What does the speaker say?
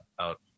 out